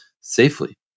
safely